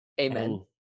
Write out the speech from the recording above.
Amen